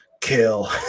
kill